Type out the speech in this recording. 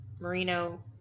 merino